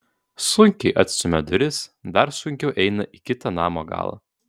sunkiai atstumia duris dar sunkiau eina į kitą namo galą